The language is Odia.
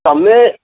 ତୁମେ